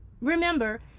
Remember